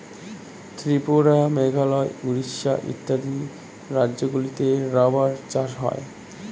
ত্রিপুরা, মেঘালয়, উড়িষ্যা ইত্যাদি রাজ্যগুলিতে রাবার চাষ হয়